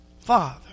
Father